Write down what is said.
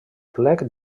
plec